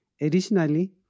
Additionally